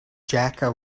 jaka